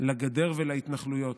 לגדר ולהתנחלויות".